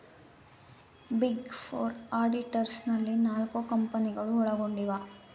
big four auditors ನಲ್ಲಿ ನಾಲ್ಕು ಕಂಪನಿಗಳು ಒಳಗೊಂಡಿವ